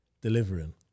delivering